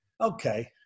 okay